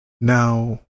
now